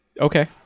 Okay